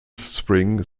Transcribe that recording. spring